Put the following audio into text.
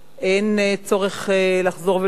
אין צורך לחזור ולומר,